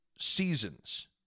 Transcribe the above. seasons